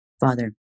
Father